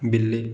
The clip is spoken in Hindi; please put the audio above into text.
बिल्ली